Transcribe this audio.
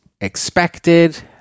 expected